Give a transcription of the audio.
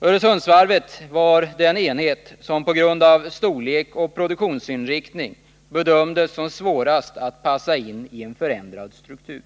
Öresundsvarvet var den enhet som på grund av storlek och produktionsinriktning bedömdes som svårast att passa in i en förändrad struktur.